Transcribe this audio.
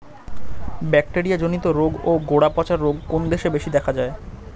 Bacteria জনিত রোগ ও গোড়া পচা রোগ কোন দেশে বেশি দেখা যায়?